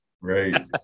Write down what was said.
Right